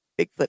Bigfoot